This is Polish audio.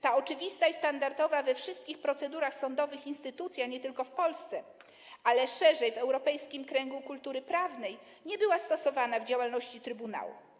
Ta oczywista i standardowa we wszystkich procedurach sądowych instytucja, nie tylko w Polsce, ale szerzej, w europejskim kręgu kultury prawnej, nie była stosowana w działalności trybunału.